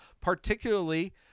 particularly